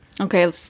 okay